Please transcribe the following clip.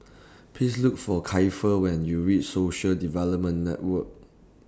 Please Look For Kiefer when YOU REACH Social Development Network